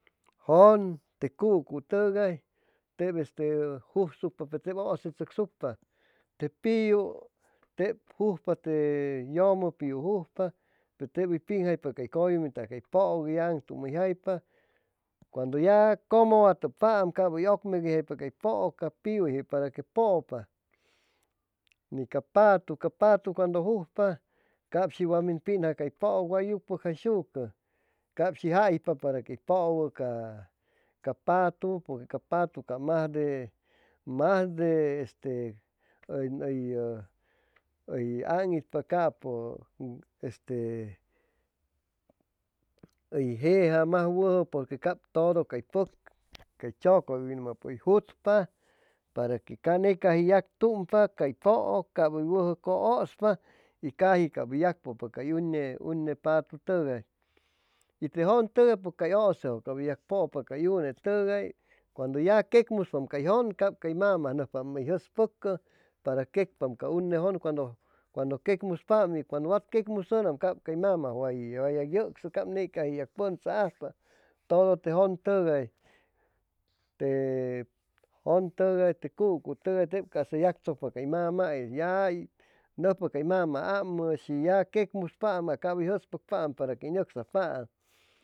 Jun te cucutʉgay tep este jujsucpa pe tep ʉʉse tzʉcsucpa te piu tep jujpa te yʉmʉ piu jujpa pe te hʉy piŋjaypa cay cʉyumitogais hʉy pʉʉc hʉy yagaŋtumujaypa cuando ya cʉmʉhuatʉpaam cap hʉy ʉgmegʉyjaypa cay pʉʉc ca piyuyge para que pʉʉpa ni ca patu ca patu cuando jujpa cap shi wat min pinja cay pʉʉc way yucpʉgjaishucʉ cap shi jaipa para que hʉy pʉwʉ ca patu porque ca patu cap majde majde este hʉy hʉy hʉy aŋitpa capʉ este hʉy jeja maj wʉjʉ porque cap todo cay tzʉcʉywinmʉ hʉy jutpa para que caji ney caji hʉy yactuŋpa cay pʉʉc cap hʉy wʉjʉ cʉ ʉspa y caji cap hʉy yacpʉpa cay une une patu tʉgay y te jʉntʉgay pʉj cay ʉʉse cap hʉy yagpʉpa cay unetʉgay cuando ya queqmuspam cay jʉn cap hʉy mama nʉcspam hʉy jʉspʉcʉ para queqpam ca une jʉn cuando queqmuspaam y cuando wat queqmusʉnam cap cay mama wat yac yʉczʉ cap ney caji hʉy yac pʉnzaajpa todo te jʉntʉgay te jʉntʉgay de cucutʉgay tep casa hʉy yactzʉcpa tey mamais nʉcspa cay mama ʉy amʉ shi ya queqmucpaam a cap hʉy jʉspʉcpaam para que hʉy nʉcsajpaam